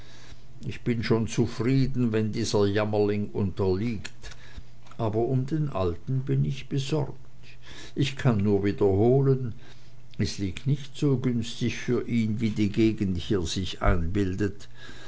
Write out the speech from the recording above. ich bin schon zufrieden wenn dieser jämmerling unterliegt aber um den alten bin ich besorgt ich kann nur wiederholen es liegt nicht so günstig für ihn wie die gegend hier sich einbildet